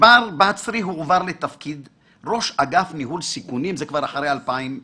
מר בצרי הועבר מתפקיד ראש אגף ניהול סיכונים זה כבר אחרי 2002